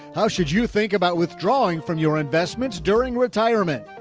how should you think about withdrawing from your investments during retirement?